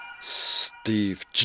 Steve